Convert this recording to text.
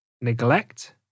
neglect